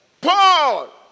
Paul